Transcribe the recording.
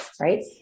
right